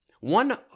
One